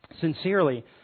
Sincerely